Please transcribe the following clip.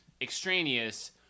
extraneous